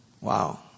Wow